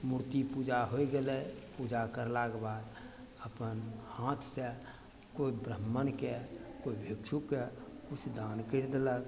मूर्ति पूजा होइ गेलय पूजा करलाके बाद अपन हाथसँ कोइ ब्राह्मणके कोइ भिक्षुकके किछु दान करि देलक